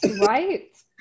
Right